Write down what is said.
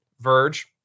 verge